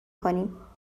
کنیم